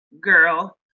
girl